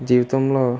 జీవితంలో